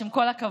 עם כל הכבוד,